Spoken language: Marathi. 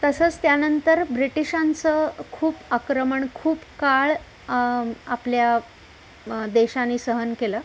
तसंच त्यानंतर ब्रिटिशांचं खूप आक्रमण खूप काळ आपल्या देशाने सहन केलं